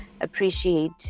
appreciate